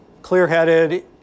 Clear-headed